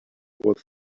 was